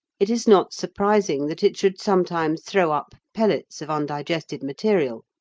it is not surprising that it should sometimes throw up pellets of undigested material.